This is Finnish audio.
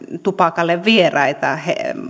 tupakalle vieraita